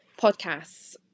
podcasts